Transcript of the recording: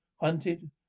hunted